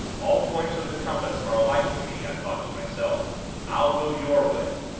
all points of the compass are alike to me i thought to myself i'll go your way